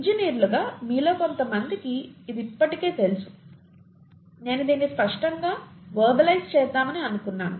ఇంజనీర్లుగా మీలో కొంతమందికి ఇది ఇప్పటికే తెలుసు నేను దీన్ని స్పష్టంగా వెర్బలైజ్ చేద్దామని అనుకున్నాను